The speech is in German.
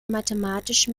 mathematischen